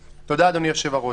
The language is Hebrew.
תודה, אדוני היושב-ראש,